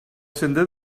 sender